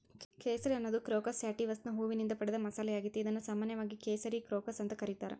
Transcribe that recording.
ಕೇಸರಿ ಅನ್ನೋದು ಕ್ರೋಕಸ್ ಸ್ಯಾಟಿವಸ್ನ ಹೂವಿನಿಂದ ಪಡೆದ ಮಸಾಲಿಯಾಗೇತಿ, ಇದನ್ನು ಸಾಮಾನ್ಯವಾಗಿ ಕೇಸರಿ ಕ್ರೋಕಸ್ ಅಂತ ಕರೇತಾರ